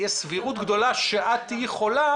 יש סבירות גדולה שאת תהיי חולה,